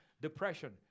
depression